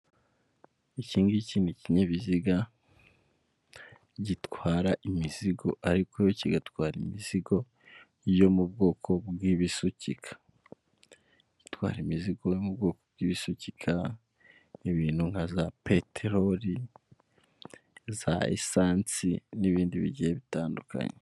Iki ngiki ni kinyabiziga gitwara imizigo ariko kigatwara imizigo yo mu bwoko bw'ibisukika, gitwara imizigo yo mu bwoko bw'ibisukika, ibintu nka za peteroli za esansi n'ibindi bigiye bitandukanye.